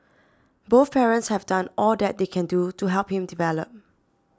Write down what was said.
both parents have done all that they can do to help him develop